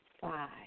five